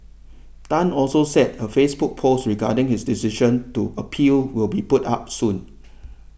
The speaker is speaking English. Tan also said a Facebook post regarding his decision to appeal will be put up soon